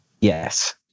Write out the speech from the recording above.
Yes